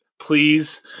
Please